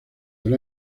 del